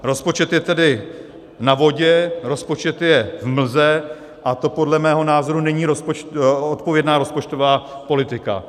Rozpočet je tedy na vodě, rozpočet je v mlze a to podle mého názoru není odpovědná rozpočtová politika.